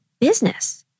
business